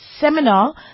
seminar